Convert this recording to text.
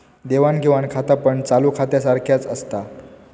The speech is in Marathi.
देवाण घेवाण खातापण चालू खात्यासारख्याच असता